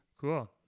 Cool